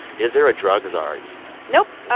is there a drug czar even? nope.